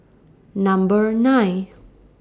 Number nine